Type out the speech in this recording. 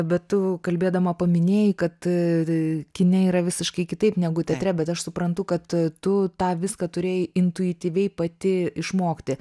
bet tu kalbėdama paminėjai kad kine yra visiškai kitaip negu teatre bet aš suprantu kad tu tą viską turėjai intuityviai pati išmokti